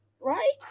right